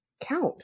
count